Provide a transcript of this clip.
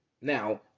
Now